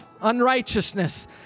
unrighteousness